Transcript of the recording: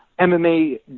MMA